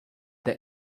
the